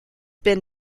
been